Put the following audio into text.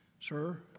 sir